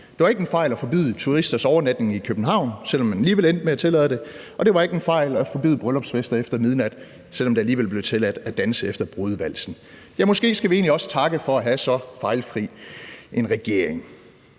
det var ikke en fejl at forbyde turisters overnatning i København, selv om man alligevel endte med at tillade det, og det var ikke en fejl at forbyde bryllupsfester efter midnat, selv om det alligevel blev tilladt at danse efter brudevalsen. Ja, måske skal vi egentlig også takke for at have så fejlfri en regering.